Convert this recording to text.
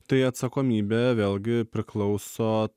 tai atsakomybė vėlgi priklauso